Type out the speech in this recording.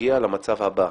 יגיע למצב הבא,